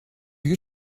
you